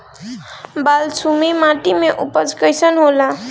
बालसुमी माटी मे उपज कईसन होला?